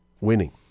winning